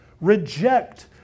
Reject